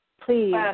please